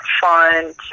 find